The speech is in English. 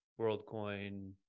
Worldcoin